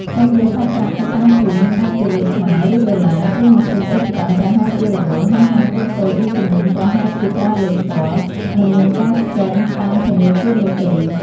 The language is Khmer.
សូមយកសាច់ប្រាក់ទៅតាមខ្លួនអាចជាលុយខ្មែរ ឬ ដុល្លារ ព្រោះ ម៉ាស៊ីន ATM ប្រហែលជារវល់ ហើយហាងតូចៗមួយចំនួនប្រហែលជាប្រើលុយផ្ទាល់ មិនមានការស្កេនតាមធនាគារនោះទេ។